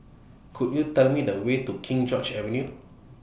Could YOU Tell Me The Way to King George's Avenue